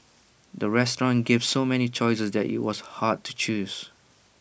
the restaurant gave so many choices that IT was hard to choose